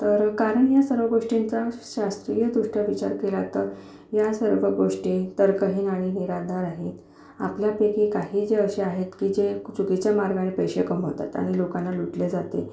तर कारण ह्या सर्व गोष्टींचा शास्त्रीयदृष्ट्या विचार केला तर ह्या सर्व गोष्टी तर्कहीन आणि निराधार आहेत आपल्यापैकी काही जे असे आहेत की जे चुकीच्या मार्गाने पैसे कमवतात आणि लोकांना लुटल्या जाते